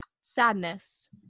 Sadness